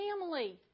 family